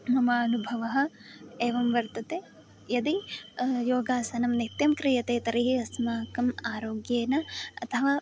मम अनुभवः एवं वर्तते यदि योगासनं नित्यं क्रियते तर्हि अस्माकम् आरोग्येन अथवा